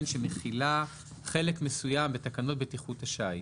שמכילה חלק מסוים בתקנות בטיחות השיט.